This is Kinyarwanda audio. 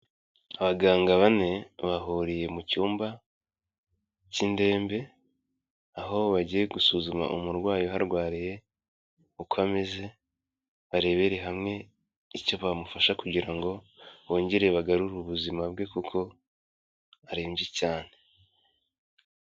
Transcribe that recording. Abaganga bane bahuriye mu cyumba k'indembe, aho bagiye gusuzuma umurwayi uharwariye uko ameze barebere hamwe icyo bamufasha kugira ngo bongere bagarure ubuzima bwe kuko arembye cyane.